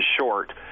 short